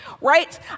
right